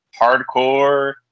hardcore